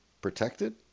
protected